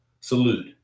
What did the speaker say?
Salute